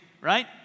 right